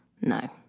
No